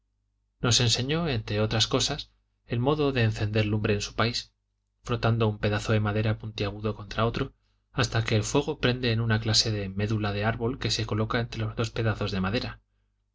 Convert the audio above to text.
nos enseñó entre otras cosas el modo de encender lumbre en su país frotando un pedazo de madera puntiagudo contra otro hasta que el fuego prende en una clase de medula de árbol que se coloca entre los dos pedazos de madera